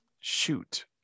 shoot